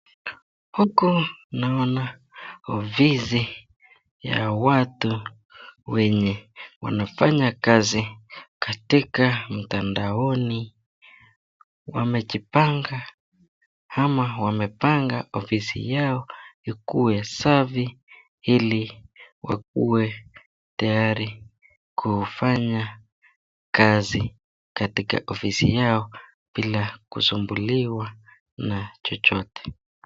Huku naona ofisi ya watu wenye wanafanya kazi katika mtandao wamejipanga ama wamepanga ofisi yao ikuwe safi ili wakuwe tayari kufanya kazi katika ofisi yao bila kusumbuliwa na chochote.